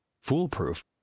foolproof